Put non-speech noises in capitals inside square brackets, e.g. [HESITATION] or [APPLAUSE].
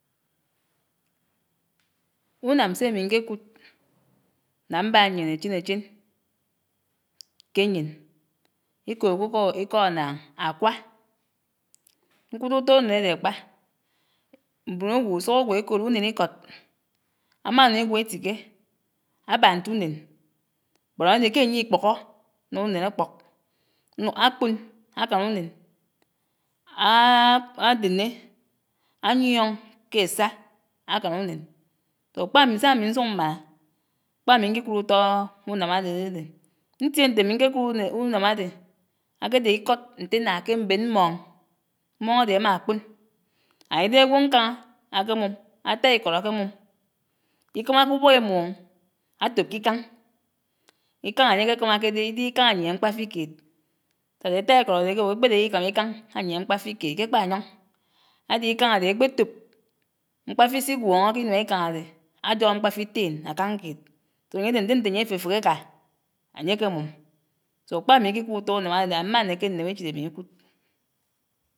Unam sè'mí ñkékud n'ambá ñyien échenéchen k'éyen ékòòd [HESITATION] k'íkó ánnáñ ákwá, ñkudò utó unén adé ákpá, mbòn'ágwò usuk'ágwò ékòòd unén íkód, ámánuñ ígwó ítíké, ábá ñt'unén bót ádé ké ànyé íkpókó náñá unén ákpók [HESITATION] ákpòn ákán unén [HESITATION] ádénné, áyioñ ké ásá ákán unén, so ákp'ámi s'ámi ñsuk mmáná ákp'ámi íkí kud utó unám ádé ádédé. Ñtié ñtémi ñkékud [HESITATION] unám ádé ákédé íkód ñténáá ké mbén mmoñ, mmoñ ádé ámákpon and ídégé ágwo ñkáñá ákémum, átáá íkód ákémum íkámáké ubók ímumò! átòb k'íkáñ, íkáñ ányékékámáké dé íd'íkáñ ányiéhé mmkpáfí kéd sádé átáíkód âdé ákèwò ákpèdè íkí kámá íkáñ áñyiégé mkpáfí kéd k'ákpáyóñ. Ádé íkáñ ádéhé ékpétòb, mkpáfí s'ígwóñó k'înuá íkáñ ádé ájógó mkpáfí ten ákáñ kéd, so ányédé ñndé ñté áyé áféféghé áká, áñyéké mum. So ákpá ámíkíkud utó unám ádé and mmánéké ñném échid ámíkud